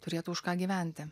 turėtų už ką gyventi